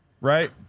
right